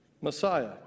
Messiah